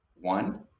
one